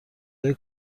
های